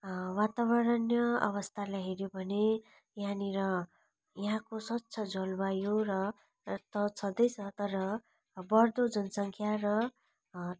वातावरणीय अवस्थालाई हेऱ्यौँ भने यहाँनिर यहाँको स्वच्छ जलवायु र त छँदैछ तर बढ्दो जनसङ्ख्या र